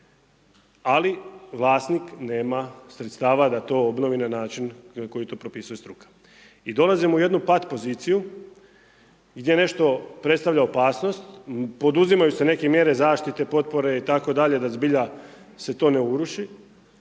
ali vlasnik nema sredstava da to obnovi na način na koji to propisuje struka. I dolazimo u jednu pat poziciju gdje nešto predstavlja opasnost, poduzimaju se neke mjere zaštite, potpore itd., da zbilja se to ne uruši,